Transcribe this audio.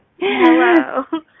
Hello